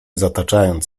zataczając